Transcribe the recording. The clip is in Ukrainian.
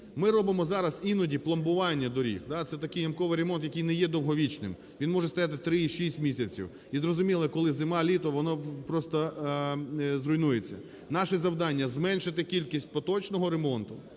Ми робимо зараз іноді пломбування доріг, це такий ямковий ремонт, який не є довговічним. Він може стояти 3, 6 місяців. І зрозуміло, коли зима, літо, воно просто зруйнується. Наше завдання зменшити кількість поточного ремонту